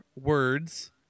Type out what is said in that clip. words